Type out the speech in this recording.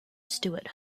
stuart